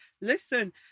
listen